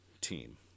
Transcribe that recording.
team